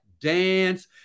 dance